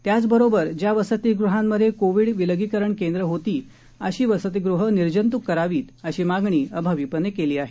त्याचबरोबर ज्या वसतिगृहात कोव्हिड विलागिकरण केंद्र होते असे वसतिगृह निर्जंतुक करावे अशी मागणी अभाविप ने केली आहे